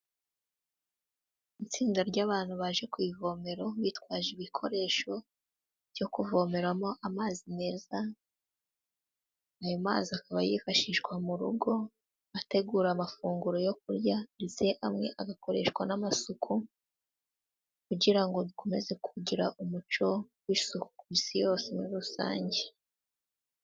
Itsinda ry'abantu baje ku ivomero bitwaje ibikoresho byo kuvomo amazi meza, ayo mazi akaba yifashishwa mu rugo, ategura amafunguro yo kurya ndetse amwe agakoreshwa n'amasuku kugira ngo dukomeze kugira umuco w'isuku ku Isi yose muri rusange.